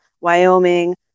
Wyoming